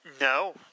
No